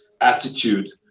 attitude